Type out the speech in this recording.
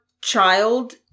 child